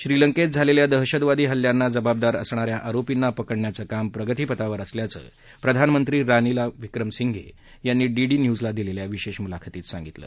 श्रीलंकेत झालेल्या दहशतवादी हल्ल्यांना जबाबदार असणाऱ्या आरोपींना पकडण्याचं काम प्रगतिपथावर असल्याचं प्रधानमंत्री रानिल विक्रमसिंघे यांनी डीडी न्यूजला दिलेल्या विशेष मुलाखतीत सांगितलं